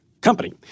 company